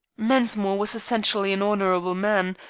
mensmore was essentially an honorable man,